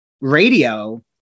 radio